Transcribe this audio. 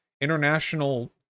international